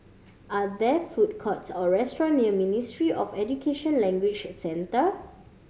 are there food courts or restaurant near Ministry of Education Language Centre